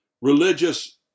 Religious